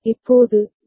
இப்போது ஜே